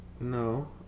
No